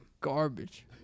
garbage